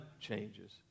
changes